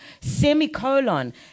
semicolon